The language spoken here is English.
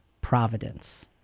providence